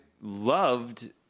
loved